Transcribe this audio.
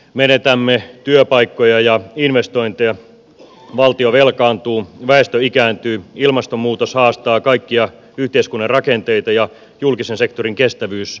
menetämme työpaikkoja ja investointeja valtio velkaantuu väestö ikääntyy ilmastonmuutos haastaa kaikkia yhteiskunnan rakenteita ja julkisen sektorin kestävyys heikkenee